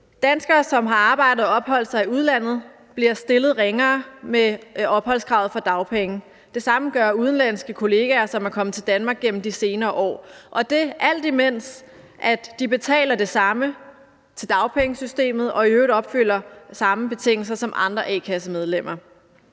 Danskere, som har arbejdet og opholdt sig i udlandet, bliver stillet ringere med opholdskravet for dagpenge. Det samme gør udenlandske kollegaer, som er kommet til Danmark gennem de senere år, og det sker, alt imens de betaler det samme til dagpengesystemet og i øvrigt opfylder samme betingelser som andre a-kassemedlemmer.